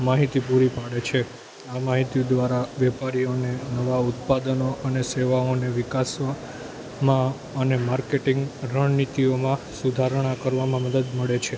માહિતી પૂરી પાડે છે આ માહિતી દ્વારા વેપારીઓને નવા ઉત્પાદનો અને સેવાઓને વિકાસ માં અને માર્કેટિંગ રણનીતિઓમાં સુધારણા કરવામાં મદદ મળે છે